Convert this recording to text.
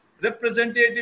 representative